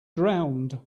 drowned